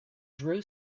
drew